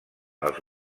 els